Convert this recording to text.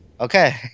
Okay